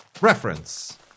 Reference